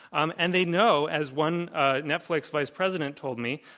um and they know as one ah netflix vice president told me,